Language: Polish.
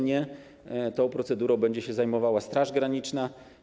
Nie, tą procedurą będzie się zajmowała Straż Graniczna.